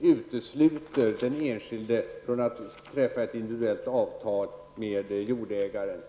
utesluter den enskilde från att träffa ett individuellt avtal med jordägaren.